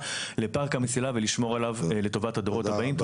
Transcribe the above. לפארק המסילה ולשמור עליו לטובת הדורות הבאים.